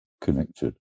connected